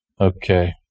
Okay